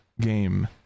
game